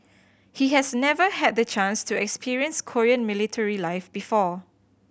he has never had the chance to experience Korean military life before